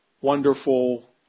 wonderful